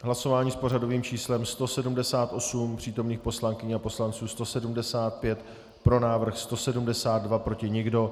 Hlasování s pořadovým číslem 178, přítomných poslankyň a poslanců je 175, pro návrh 172, proti nikdo.